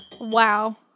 Wow